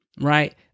right